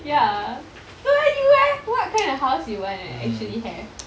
ya so eh you eh what kind of house you wanna actually have